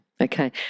okay